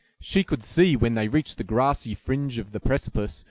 she could see when they reached the grassy fringe of the precipice,